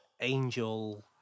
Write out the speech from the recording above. angel